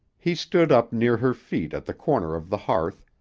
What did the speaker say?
he stood up near her feet at the corner of the hearth,